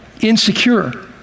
insecure